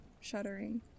shuddering